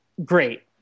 Great